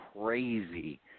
crazy